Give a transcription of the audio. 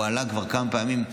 הוא עלה כבר כמה פעמים.